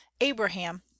Abraham